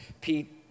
Pete